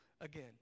again